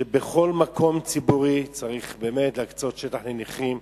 שבכל מקום ציבורי צריך להקצות שטח לנכים.